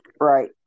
right